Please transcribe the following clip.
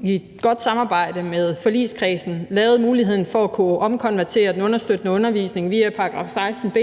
i et godt samarbejde med forligskredsen skabte muligheden for at omkonvertere den understøttende undervisning via § 16 b.